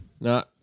No